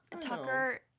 Tucker